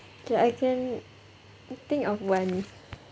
okay I can I think of one